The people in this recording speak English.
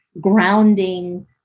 grounding